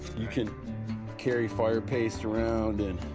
you can carry fire paste around and